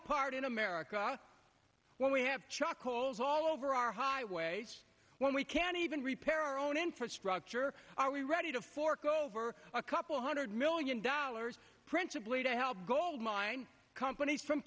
apart in america when we have chuck holes all over our highways when we can't even repair our own infrastructure are we ready to fork over a couple hundred million dollars principally to help goldmine companies from